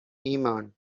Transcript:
ایمان